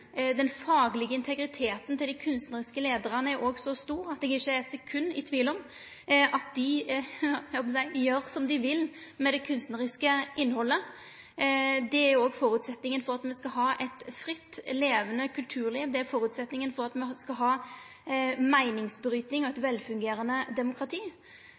den faglege integriteten til dei kunstneriske leiarane er òg så stor at eg ikkje eit sekund er i tvil om at dei gjer som dei vil med det kunstnariske innhaldet. Det er òg føresetnaden for at me skal ha eit fritt, levande kulturliv, det er føresetnaden for at me skal ha meiningsbryting og eit velfungerande demokrati.